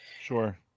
sure